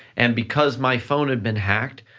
and because my phone had been hacked,